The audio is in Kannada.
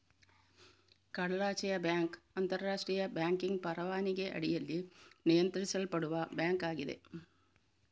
ಕಡಲಾಚೆಯ ಬ್ಯಾಂಕ್ ಅಂತರಾಷ್ಟ್ರೀಯ ಬ್ಯಾಂಕಿಂಗ್ ಪರವಾನಗಿ ಅಡಿಯಲ್ಲಿ ನಿಯಂತ್ರಿಸಲ್ಪಡುವ ಬ್ಯಾಂಕ್ ಆಗಿದೆ